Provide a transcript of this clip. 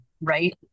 Right